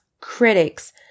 critics